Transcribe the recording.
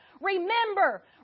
Remember